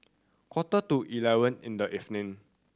quarter to eleven in the evening